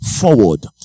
forward